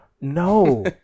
No